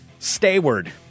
Stayward